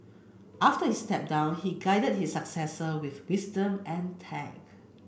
after he stepped down he guided his successors with wisdom and tact